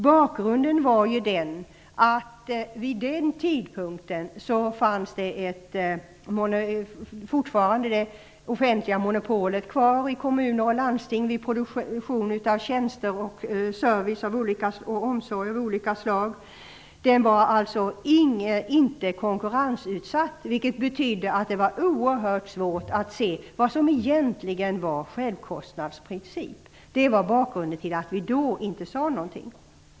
Det offentliga monopolet fanns vid den tidpunkten fortfarande kvar i kommuner och landsting när det gällde produktion av tjänster, service och omsorg av olika slag. Verksamheten var alltså inte konkurrensutsatt. Det innebar att det var oerhört svårt att se vad som egentligen var självkostnader. Det är bakgrunden till att vi då inte sade någonting.